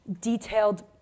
detailed